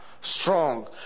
strong